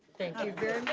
thank you